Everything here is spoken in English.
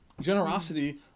generosity